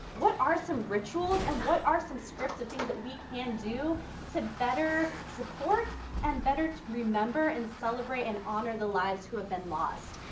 what are some rituals and what are some strips of things that we can do to better support and better to remember and celebrate, and honor the lives who have been lost?